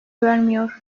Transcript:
vermiyor